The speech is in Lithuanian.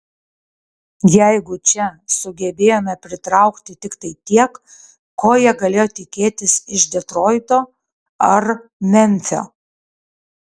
jeigu čia sugebėjome pritraukti tiktai tiek ko jie galėjo tikėtis iš detroito ar memfio